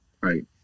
Right